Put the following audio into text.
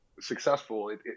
successful